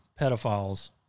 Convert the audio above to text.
pedophiles